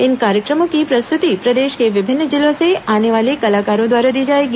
इन कार्यक्रमों की प्रस्तुति प्रदेश के विभिन्न जिलों से आने वाले कलाकारों द्वारा दी जाएगी